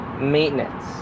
maintenance